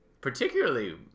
particularly